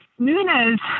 Nunes